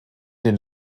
den